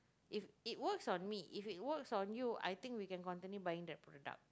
if it works on me if it works on you I think we can continue buying that product